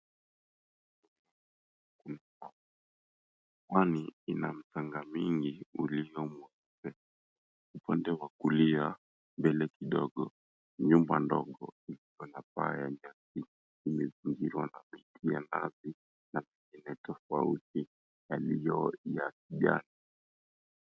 Mwani ina mitanga mingi uliyo mbele. Upande wa kulia mbele kidogo nyumba ndogo iliyopana imezunguliwa na miti na pengine tofauti yaliyo ya kijani.